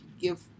Give